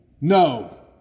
no